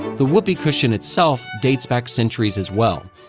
the whoopee cushion itself dates back centuries as well.